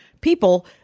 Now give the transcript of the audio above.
people